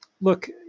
look